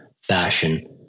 fashion